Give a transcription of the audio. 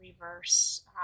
reverse